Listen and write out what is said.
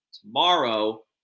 tomorrow